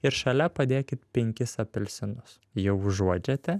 ir šalia padėkit penkis apelsinus jau užuodžiate